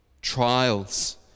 trials